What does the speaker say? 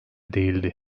değildi